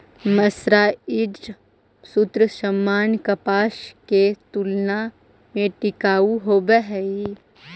mercerised सूत सामान्य कपास के तुलना में टिकाऊ होवऽ हई